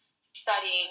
studying